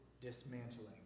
dismantling